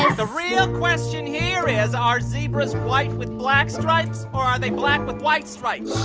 the real question here is, are zebras white with black stripes, or are they black with white stripes. yeah